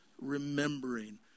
remembering